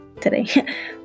today